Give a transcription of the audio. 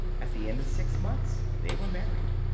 at the end of six months they were married.